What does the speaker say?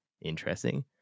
interesting